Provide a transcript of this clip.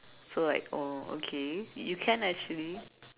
so like oh okay you can actually